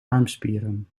armspieren